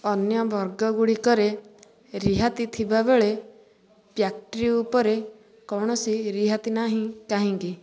ଅନ୍ୟ ବର୍ଗଗୁଡ଼ିକରେ ରିହାତି ଥିବାବେଳେ ପ୍ୟାଷ୍ଟ୍ରୀ ଉପରେ କୌଣସି ରିହାତି ନାହିଁ କାହିଁକି